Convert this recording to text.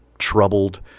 troubled